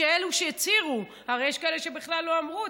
שאלה הצהירו, הרי יש כאלה שבכלל לא אמרו.